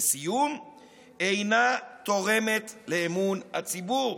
לסיום אינה תורמת לאמון הציבור.